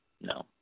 no